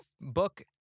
book